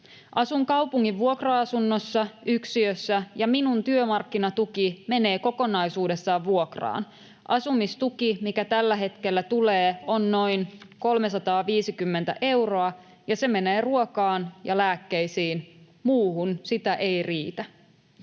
Asun kaupungin vuokra-asunnossa, yksiössä, ja minun työmarkkinatuki menee kokonaisuudessaan vuokraan. Asumistuki, mikä tällä hetkellä tulee, on noin 350 euroa, ja se menee ruokaan ja lääkkeisiin, muuhun sitä ei riitä.